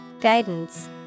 Guidance